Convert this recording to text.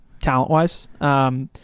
talent-wise